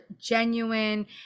genuine